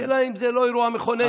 השאלה אם זה לא אירוע מכונן,